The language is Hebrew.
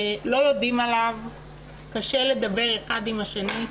לא יודעים עליו, קשה לדבר האחד עם השני.